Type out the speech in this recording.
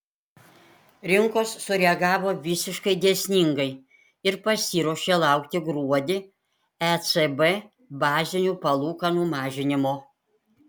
rinkos sureagavo visiškai dėsningai ir pasiruošė laukti gruodį ecb bazinių palūkanų mažinimo